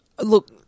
Look